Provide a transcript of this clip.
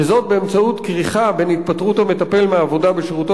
וזאת באמצעות כריכה בין התפטרות המטפל מעבודה בשירותו